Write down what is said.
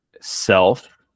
self